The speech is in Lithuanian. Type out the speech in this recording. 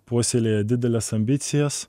puoselėja dideles ambicijas